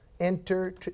enter